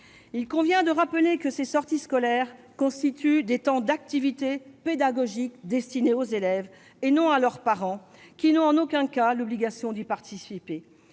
Il convient de rappeler que les sorties scolaires constituent des temps d'activités pédagogiques destinés aux élèves et non à leurs parents, qui n'ont en aucun cas l'obligation d'y participer.